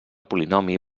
polinomi